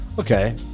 Okay